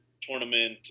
tournament